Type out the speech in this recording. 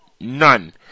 none